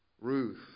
Ruth